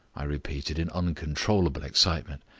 i repeated in uncontrollable excitement.